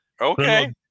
Okay